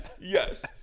yes